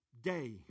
day